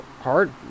hard